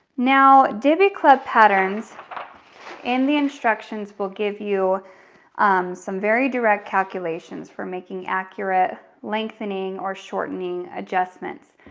now, diby club patterns in the instructions we'll give you some very direct calculations for making accurate lengthening or shortening adjustments.